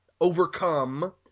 overcome